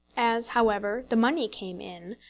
as, however, the money came in,